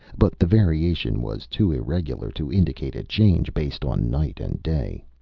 but the variation was too irregular to indicate a change based on night and day.